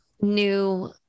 new